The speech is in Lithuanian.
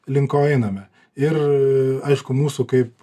link ko einame ir aišku mūsų kaip